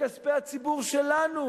בכספי הציבור שלנו,